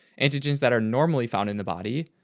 antigens that are normally found in the body,